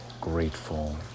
grateful